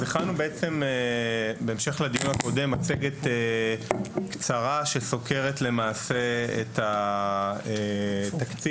הכנו בהמשך לדיון הקודם מצגת קצרה שסוקרת את התקציב